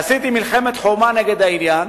עשיתי מלחמת חורמה נגד העניין,